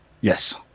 Yes